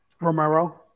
Romero